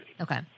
Okay